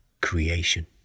creation